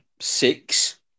six